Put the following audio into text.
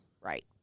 right